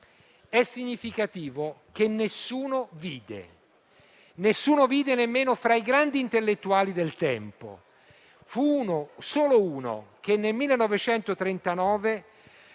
È significativo che nessuno vide, nemmeno fra i grandi intellettuali del tempo. Ci fu solo uno che, nel 1939,